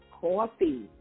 coffee